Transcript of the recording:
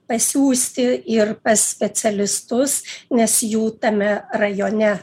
pasiųsti ir pas specialistus nes jų tame rajone